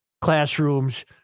classrooms